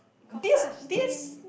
got such thing